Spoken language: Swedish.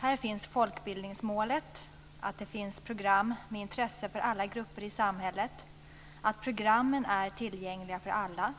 Här finns folkbildningsmålet, att det ska finnas program av intresse för alla grupper i samhället, att programmen ska vara tillgängliga för alla samt